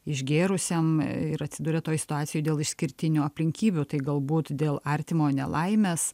išgėrusiam ir atsiduria toj situacijoj dėl išskirtinių aplinkybių tai galbūt dėl artimo nelaimes